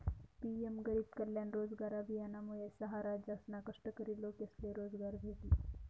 PM गरीब कल्याण रोजगार अभियानमुये सहा राज्यसना कष्टकरी लोकेसले रोजगार भेटी